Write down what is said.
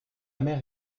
mère